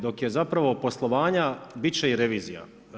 Dok je zapravo poslovanja bit će i revizija.